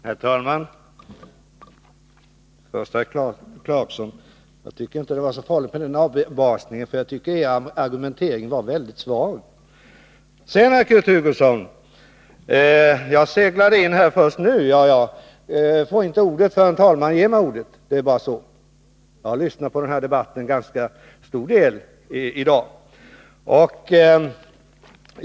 Herr talman! Först till herr Clarkson: Jag tycker inte att det var så farligt med avbasningen, för er argumentering var mycket svag. Sedan menade herr Hugosson att jag seglade in här först nu. Men det är ju så att jag inte får ordet förrän talmannen ger mig det. Jag har lyssnat på en ganska stor del av denna debatt i dag.